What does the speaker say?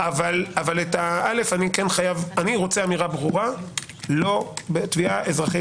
אבל אני רוצה אמירה ברורה שבתביעה אזרחית